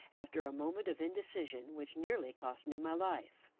after a moment of indecision which nearly cost me my life.